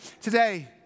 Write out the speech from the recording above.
today